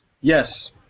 Yes